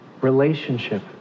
Relationship